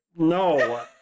No